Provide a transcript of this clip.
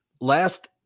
last